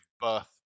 birth